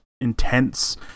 intense